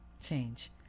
change